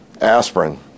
Aspirin